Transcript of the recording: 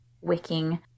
wicking